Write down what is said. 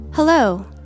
Hello